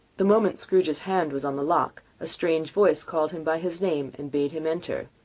the moment scrooge's hand was on the lock, a strange voice called him by his name, and bade him enter.